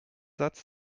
satz